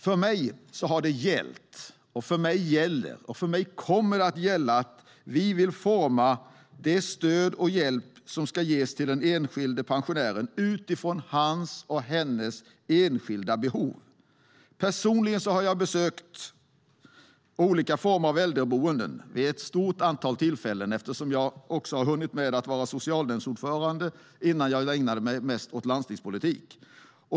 För mig har gällt, gäller och kommer att gälla att vi vill forma det stöd och den hjälp som ska ges till den enskilda pensionären utifrån hans eller hennes enskilda behov. Personligen har jag besökt olika former av äldreboenden vid ett stort antal tillfällen, eftersom jag har hunnit med att vara socialnämndsordförande innan jag ägnade mig mest åt landstingspolitik.